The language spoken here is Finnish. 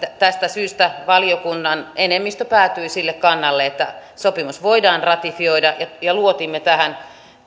tästä syystä valiokunnan enemmistö päätyi sille kannalle että sopimus voidaan ratifioida ja luotimme tähän